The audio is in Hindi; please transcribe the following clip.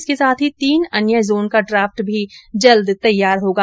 इसके साथ ही तीन अन्य जोन का ड्राफ्ट भी जल्द तैयार होगा